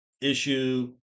issue